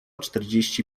czterdzieści